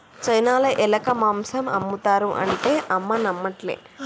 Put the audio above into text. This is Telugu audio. చైనాల ఎలక మాంసం ఆమ్ముతారు అంటే అమ్మ నమ్మట్లే